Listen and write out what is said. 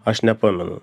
aš nepamenu